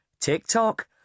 TikTok